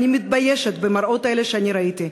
אני מתביישת במראות האלה שאני ראיתי.